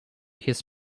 his